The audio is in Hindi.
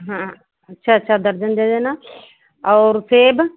हाँ अच्छा अच्छा दर्जन दे देना और सेब